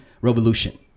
Revolution